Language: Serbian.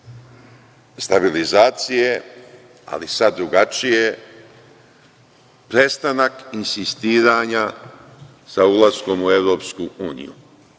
stabilizacije, ali sada drugačije. Prestanak insistiranja sa ulaskom u EU, ona